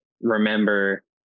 remember